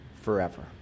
forever